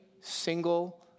single